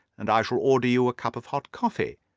and i shall order you a cup of hot coffee,